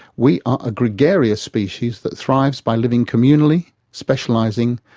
we are a gregarious species that thrives by living communally, specialising,